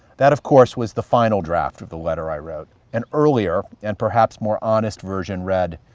that of course, was the final draft of the letter i wrote. an earlier and perhaps more honest version read,